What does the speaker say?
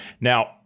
Now